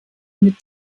mit